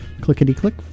clickety-click